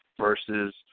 versus